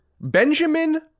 Benjamin